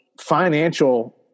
financial